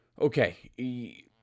okay